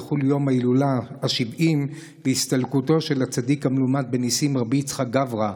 יחול יום ההילולה ה-70 להסתלקותו של הצדיק המלומד בניסים רבי יצחק גברא,